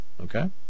okay